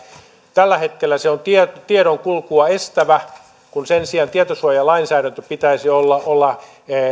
tällä hetkellä se on tiedon kulkua estävä kun sen sijaan tietosuojalainsäädännön pitäisi olla olla